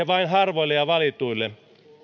vain harvoille ja valituille